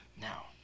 Now